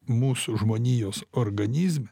mūsų žmonijos organizme